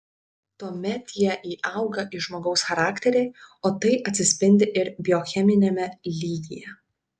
tuomet jie įauga į žmogaus charakterį o tai atsispindi ir biocheminiame lygyje